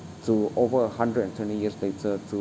to over a hundred and twenty years later to